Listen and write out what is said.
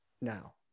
now